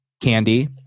Candy